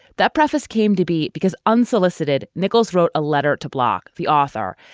that preface came to be because unsolicited, nichols wrote a letter to block the author,